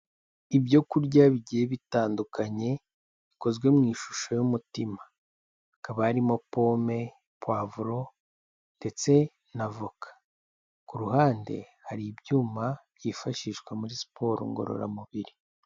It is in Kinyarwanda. Ibyo kurya bigiye bitandukanye bikozwe mu ishusho y'umutima, hakaba harimo pome, puwavuro ndetse na voka, ku ruhande hari ibyuma byifashishwa muri siporo ngororamubiri.